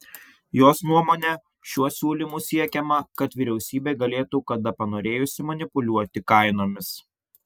jos nuomone šiuo siūlymu siekiama kad vyriausybė galėtų kada panorėjusi manipuliuoti kainomis